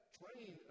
train